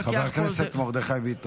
חבר הכנסת מרדכי ביטון,